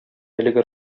әлеге